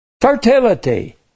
Fertility